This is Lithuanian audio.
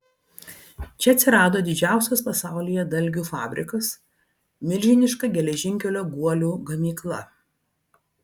čia atsirado didžiausias pasaulyje dalgių fabrikas milžiniška geležinkelio guolių gamykla